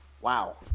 Wow